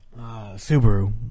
Subaru